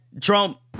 Trump